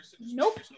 Nope